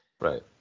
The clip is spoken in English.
Right